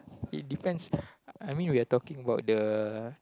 it depends lah I mean we are talking about the